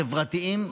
חברתיים,